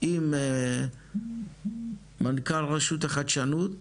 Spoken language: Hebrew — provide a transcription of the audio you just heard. עם מנכ"ל רשות החדשנות,